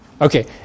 Okay